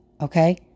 Okay